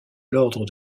l’ordre